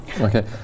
Okay